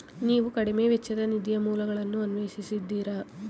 ನೀವು ಕಡಿಮೆ ವೆಚ್ಚದ ನಿಧಿಯ ಮೂಲಗಳನ್ನು ಅನ್ವೇಷಿಸಿದ್ದೀರಾ?